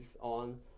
on